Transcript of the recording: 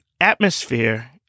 atmosphere